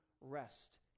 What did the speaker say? rest